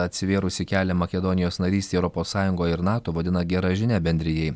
atsivėrusį kelią makedonijos narystei europos sąjungoj ir nato vadina gera žinia bendrijai